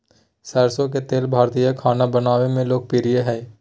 सरसो के तेल भारतीय खाना बनावय मे लोकप्रिय हइ